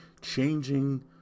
changing